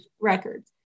records